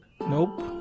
Nope